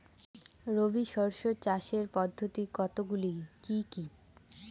রবি শস্য চাষের পদ্ধতি কতগুলি কি কি?